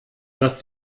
lass